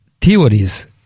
theories